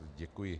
Děkuji.